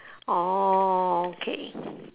orh okay